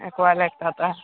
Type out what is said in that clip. Aqualite का आता है